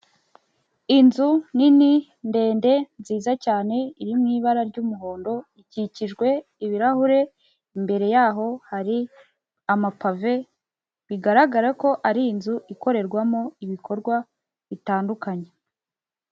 Inzu nini, ndende, nziza cyane, iri mu ibara ry'umuhondo, ikikijwe ibirahure, imbere y'aho hari amapave, bigaragara ko ari inzu ikorerwamo ibikorwa bitandukanye.